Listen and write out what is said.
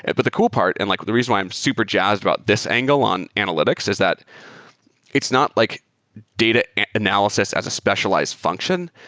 and but the cool part, and like the reason why i'm super jazzed about this angle on analytics is that it's not like data analysis as a specialized function.